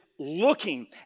looking